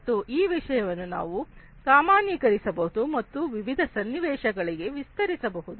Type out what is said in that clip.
ಮತ್ತು ಈ ವಿಷಯವನ್ನು ನೀವು ಸಾಮಾನ್ಯೀಕರಿಸಬಹುದು ಮತ್ತು ವಿವಿಧ ಸನ್ನಿವೇಶಗಳಿಗೆ ವಿಸ್ತರಿಸಬಹುದು